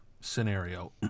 scenario